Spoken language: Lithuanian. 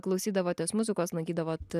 klausydavotės muzikos lankydavot